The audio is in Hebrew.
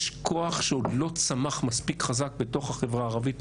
יש כוח שעוד לא צמח מספיק חזק בתוך החברה הערבית,